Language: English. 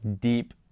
deep